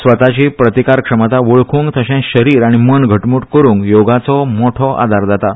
स्वताची प्रतिकार क्षमता वळखूंक तशेंच शरीर आनी मन घटमूट करुंक योगाचो मोठो आदार जाता